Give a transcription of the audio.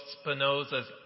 Spinoza's